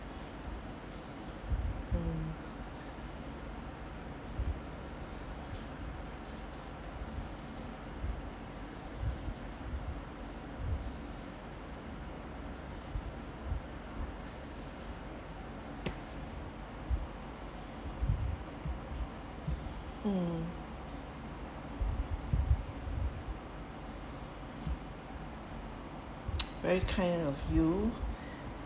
mm mm very kind of you